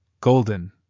golden